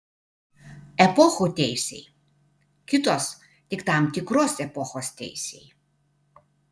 epochų teisei kitos tik tam tikros epochos teisei